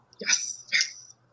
Yes